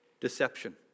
Deception